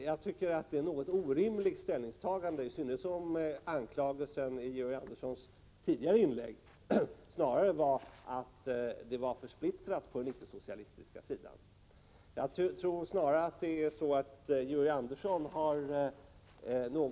Det är ett något orimligt ställningstagande, i synnerhet som anklagelsen i Georg Anderssons tidigare inlägg snarare löd att vi var för splittrade på den icke-socialistiska sidan. Georg Andersson synes ha något oklara önskemål i detta fall. För oss — Prot.